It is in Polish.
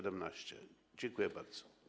Dziękuję bardzo.